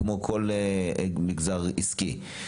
כמו כל מגזר עסקי,